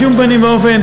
בשום פנים ואופן.